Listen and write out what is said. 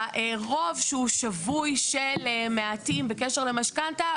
הרוב, שהוא שבוי של מעטים, בקשר למשכנתא.